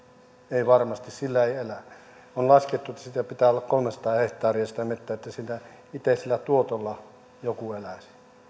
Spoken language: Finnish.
eivät varmasti niillä ei elä on laskettu että sitä pitää olla kolmesataa hehtaaria sitä metsää että itse sillä tuotolla joku eläisi